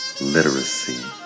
Literacy